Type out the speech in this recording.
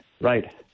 right